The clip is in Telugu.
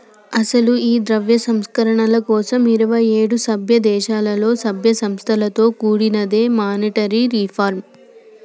అసలు ఈ ద్రవ్య సంస్కరణల కోసం ఇరువైఏడు సభ్య దేశాలలో సభ్య సంస్థలతో కూడినదే మానిటరీ రిఫార్మ్